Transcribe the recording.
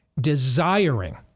desiring